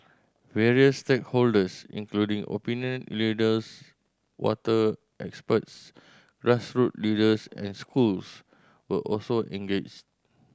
various stakeholders including opinion leaders water experts grassroots leaders and schools were also engaged